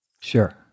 Sure